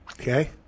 Okay